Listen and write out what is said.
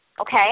Okay